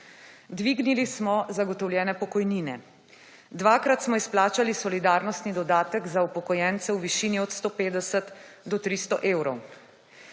Dvignili smo zagotovljene pokojnine, dvakrat smo izplačali solidarnostni dodatek za upokojence v višini od 150 do 300 evrov.